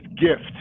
gift